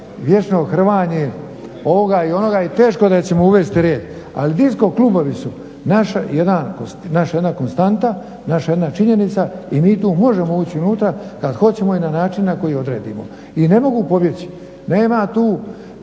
vječno hrvanje ovoga i onoga i teško da ćemo uvesti red al disko klubovi su naša jedna konstanta, naša jedna činjenica i mi tu možemo ući unutra kad hoćemo i na način na koji odredimo. I ne mogu pobjeć, nema tu,